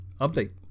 update